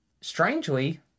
strangely